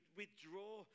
withdraw